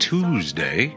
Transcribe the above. Tuesday